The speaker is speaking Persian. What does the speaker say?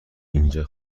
اینجا